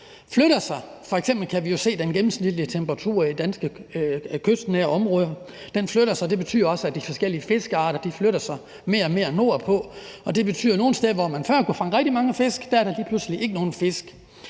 flytter sig. F.eks. kan vi se, at gennemsnitstemperaturen i danske kystnære havområder ændrer sig, og det betyder, at de forskellige fiskearter flytter sig mere og mere nordpå, og det betyder så, at nogle steder, hvor man før kunne fange rigtig mange fisk, er der lige pludselig ikke nogen fisk.